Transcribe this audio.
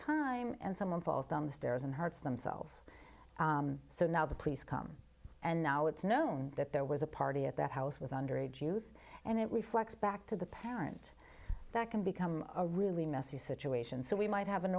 time and someone falls down the stairs and hurts themselves so now the police come and now it's known that there was a party at that house with underage youth and it reflects back to the parent that can become a really messy situation so we might have an